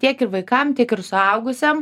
tiek ir vaikam tiek ir suaugusiam